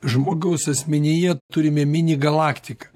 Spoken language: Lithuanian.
žmogaus asmenyje turime mini galaktiką